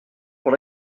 pour